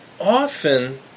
Often